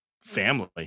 family